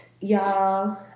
Y'all